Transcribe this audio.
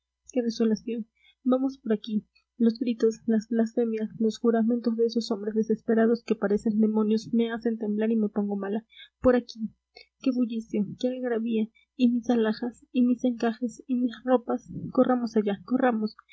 la grupa qué desolación vamos por aquí los gritos las blasfemias los juramentos de esos hombres desesperados que parecen demonios me hacen temblar y me pongo mala por aquí qué bullicio qué algarabía y mis alhajas y mis encajes y mis ropas corramos allá corramos